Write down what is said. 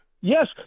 Yes